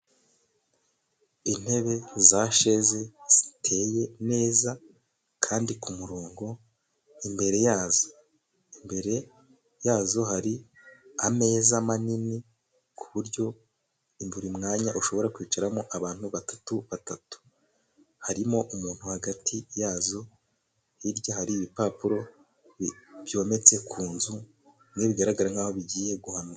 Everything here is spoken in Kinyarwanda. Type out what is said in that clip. Intebe za sheze ziteye neza kandi kumurongo. Imbere yazo hari ameza manini ku buryo buri mwanya ushobora kwicaramo abantu batatu batatu. Harimo umuntu hagati yazo, hirya hari ibipapuro byometse ku nzu bimwe bigaragara nkaho bigiye guhanka.